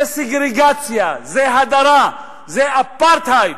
זה סגרגציה, זה הדרה, זה אפרטהייד